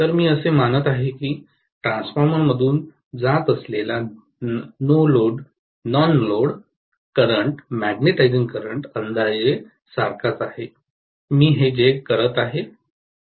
तर मी असे मानत आहे की ट्रान्सफॉर्मरमधून जात असलेला non load current magnetizing current अंदाजे सारखाच आहे मी हे जे करत आहे